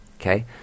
Okay